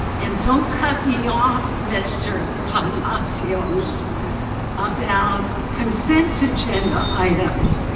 and don't cut me off mr. palacios about consent agenda items.